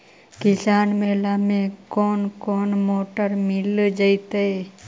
किसान मेला में कोन कोन मोटर मिल जैतै?